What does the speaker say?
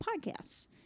podcasts